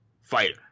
fighter